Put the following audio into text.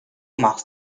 machst